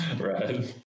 Right